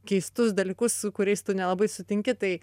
keistus dalykus su kuriais tu nelabai sutinki tai